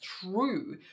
true